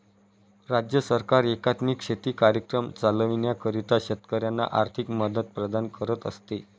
राज्य सरकार एकात्मिक शेती कार्यक्रम चालविण्याकरिता शेतकऱ्यांना आर्थिक मदत प्रदान करत असते